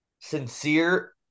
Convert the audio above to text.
sincere